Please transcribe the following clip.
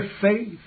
faith